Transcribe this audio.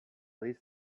least